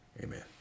Amen